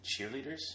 cheerleaders